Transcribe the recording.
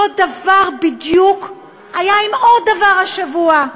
אותו דבר בדיוק היה עם עוד דבר השבוע.